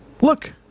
Look